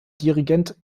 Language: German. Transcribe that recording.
dirigent